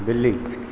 बिल्ली